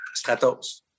Stratos